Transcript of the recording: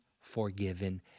forgiven